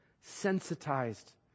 sensitized